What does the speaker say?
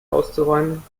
auszuräumen